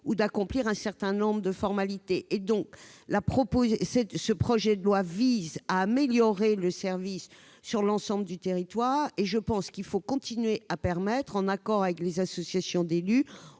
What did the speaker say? ou d'accomplir un certain nombre de formalités. Le projet de loi vise à améliorer le service sur l'ensemble du territoire. Je pense qu'il faut permettre, en accord avec les associations d'élus,